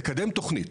לקדם תוכנית,